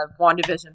WandaVision